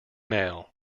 mail